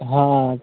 हँ